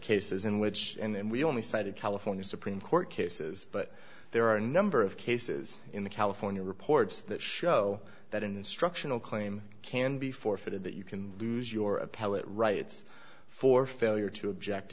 cases in which and we only cited california supreme court cases but there are a number of cases in the california reports that show that an instructional claim can be forfeited that you can lose your appellate rights for failure to object